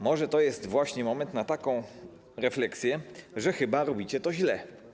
Może to jest właśnie moment na taką refleksję, że chyba robicie to źle.